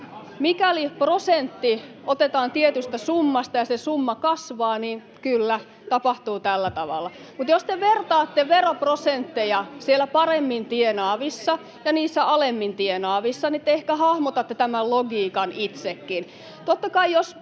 Mikäli prosentti otetaan tietystä summasta ja se summa kasvaa, niin kyllä, tapahtuu tällä tavalla. Mutta jos te vertaatte veroprosentteja siellä paremmin tienaavissa ja niissä alemmin tienaavissa, niin te ehkä hahmotatte tämän logiikan itsekin.